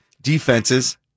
defenses